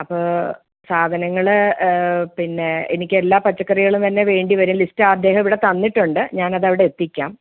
അപ്പോ സാധനങ്ങൾ പിന്നെ എനിക്ക് എല്ലാ പച്ചക്കറികളും തന്നെ വേണ്ടി വരും ലിസ്റ്റ് അദ്ദേഹം ഇവടെ തന്നിട്ടുണ്ട് ഞാൻ അത് അവിടെ എത്തിക്കാം